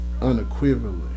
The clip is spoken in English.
Unequivocally